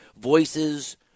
Voices